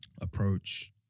approach